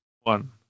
one